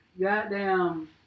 goddamn